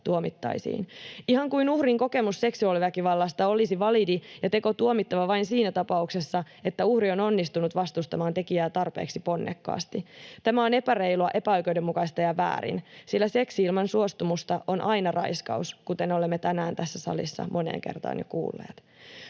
tuomittaisiin — ihan kuin uhrin kokemus seksuaaliväkivallasta olisi validi ja teko tuomittava vain siinä tapauksessa, että uhri on onnistunut vastustamaan tekijää tarpeeksi ponnekkaasti. Tämä on epäreilua, epäoikeudenmukaista ja väärin, sillä seksi ilman suostumusta on aina raiskaus, kuten olemme tänään tässä salissa moneen kertaan jo kuulleet.